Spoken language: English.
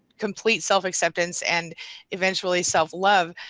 complete self-acceptance and eventually self-love,